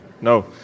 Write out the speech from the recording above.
No